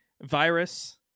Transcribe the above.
virus